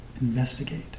investigate